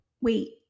wait